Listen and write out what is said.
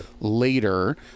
later